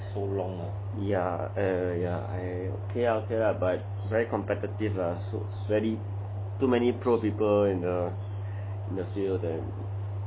ya err ya I okay ah okay ah but very competitive ah sadly too many pro people in the field ah sadly